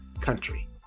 country